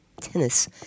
tennis